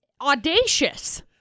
audacious